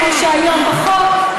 כמו שהיום בחוק,